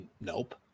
nope